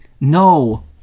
No